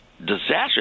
Disaster